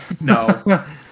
No